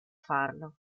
farlo